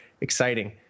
exciting